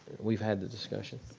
we've had the discussion.